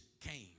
came